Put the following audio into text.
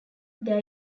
their